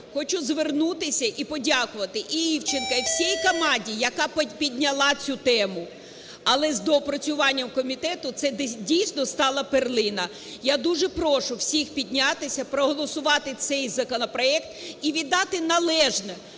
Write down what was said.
хочу звернутися і подякувати і Івченку, і всій команді, яка підняла цю тему. Але з доопрацюванням комітету це дійсно стала перлина. Я дуже прошу всіх піднятися проголосувати цей законопроект і віддати належне